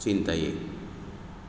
चिन्तये